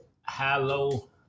Hello